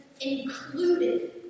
included